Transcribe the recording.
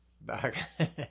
back